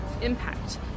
impact